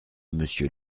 monsieur